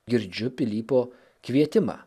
girdžiu pilypo kvietimą